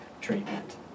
treatment